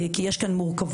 כי יש כאן מורכבויות.